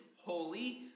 holy